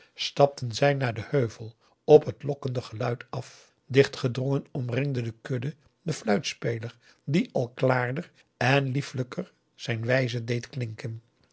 stapten zij naar den heuvel op het lokkende geluid af dichtgedrongen omringde de kudde den fluitspeler die al klaarder en liefelijker zijn wijze deed klinken